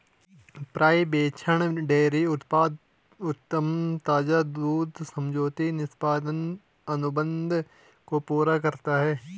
पर्यवेक्षण डेयरी उत्पाद उद्यम ताजा दूध समझौते निष्पादन अनुबंध को पूरा करता है